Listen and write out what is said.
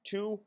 Two